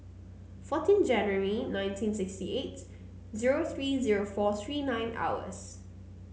fourteen January nineteen sixty eight zero three zero four three nine hours